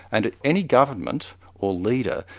and any government or leader,